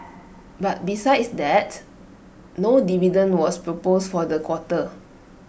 but besides that no dividend was proposed for the quarter